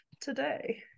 today